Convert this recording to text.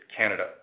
Canada